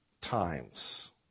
times